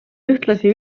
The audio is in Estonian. ühtlasi